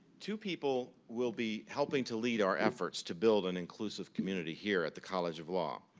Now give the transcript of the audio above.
two people will be helping to lead our efforts to build an inclusive community here at the college of law.